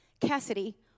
Cassidy